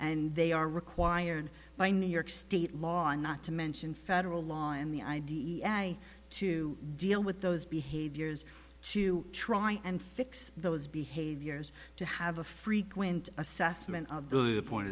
and they are required by new york state law and not to mention federal law in the i d f i to deal with those behaviors to try and fix those behaviors to have a frequent assessment of the point